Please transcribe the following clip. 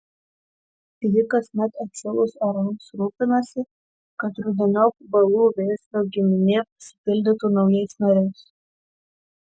ji kasmet atšilus orams rūpinasi kad rudeniop balų vėžlio giminė pasipildytų naujais nariais